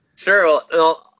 Sure